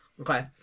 Okay